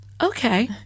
okay